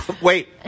Wait